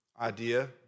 idea